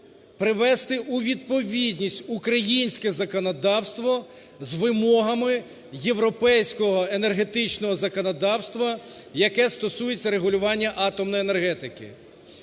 привести у відповідність українське законодавство з вимогами європейського енергетичного законодавства, яке стосується регулювання атомної енергетики.